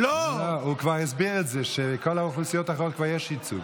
הוא כבר הסביר את זה שלכל האוכלוסיות האחרות כבר יש ייצוג.